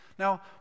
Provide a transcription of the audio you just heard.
Now